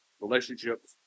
relationships